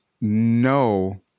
no